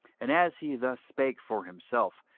and as he thus spake for himself,